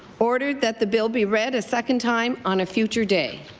order that the bill be read a second time on a future day